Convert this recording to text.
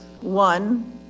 One